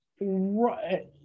Right